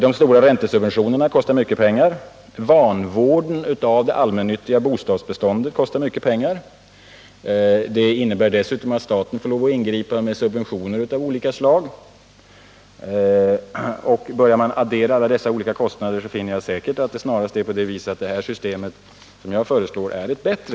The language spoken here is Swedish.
De stora räntesubventionerna kostar mycket pengar liksom också vanvården av det allmännyttiga bostadsbeståndet. Det innebär dessutom att staten får lov att ingripa med subventioner av olika slag. Adderar man alla dessa olika kostnader, finner man snarast att det system som jag föreslår är bättre.